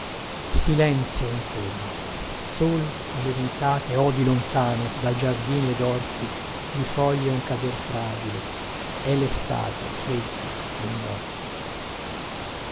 silenzio intorno solo alle ventate odi lontano da giardini ed orti di foglie un cader fragile è lestate fredda dei morti